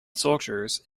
soldiers